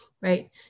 Right